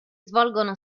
svolgono